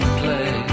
play